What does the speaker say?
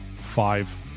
Five